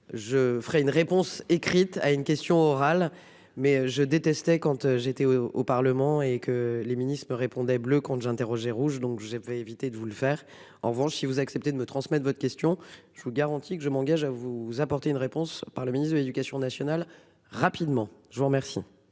je ferai une réponse écrite à une question orale mais je détestais compte j'étais au Parlement et que les ministres ils me répondaient bleu compte j'. Rouge, donc j'ai fait éviter de vous le faire. En revanche si vous acceptez de me transmettre votre question je vous garantis que je m'engage à vous apporter une réponse par le ministre de l'Éducation nationale. Rapidement, je vous remercie